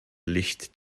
licht